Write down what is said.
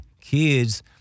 kids